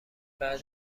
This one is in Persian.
بعد